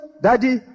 daddy